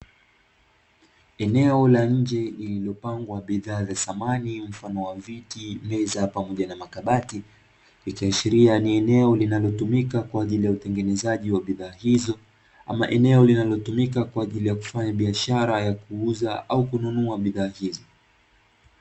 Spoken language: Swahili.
Eneo la nje lililopangwa bidhaa za samani mfano wa viti, meza pamoja na makabati, ikiashiria ni eneo linalotumika kwa ajili ya utengenezaji wa bidhaa hizo, ama eneo linalotumika kwa ajili ya kufanya biashara kuuza ama ama kununua bidhaa hizo.